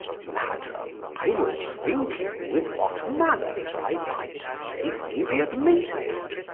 madam, i was thinking with what manners i might safely be admitted.